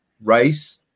Rice